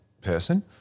person